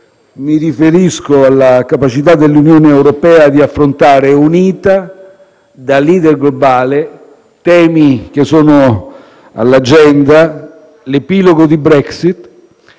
Mi riferisco alla capacità dell'Unione europea di affrontare unita, da *leader* globale, temi che sono in agenda: l'epilogo della Brexit,